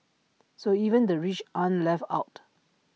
so even the rich aren't left out